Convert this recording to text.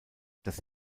das